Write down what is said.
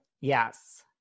Yes